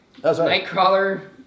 Nightcrawler